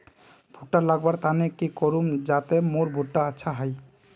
भुट्टा लगवार तने की करूम जाते मोर भुट्टा अच्छा हाई?